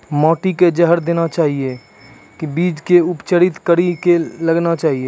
माटी मे जहर देना चाहिए की बीज के उपचारित कड़ी के लगाना चाहिए?